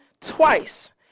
twice